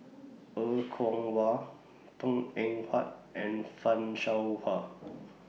Er Kwong Wah Png Eng Huat and fan Shao Hua